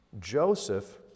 Joseph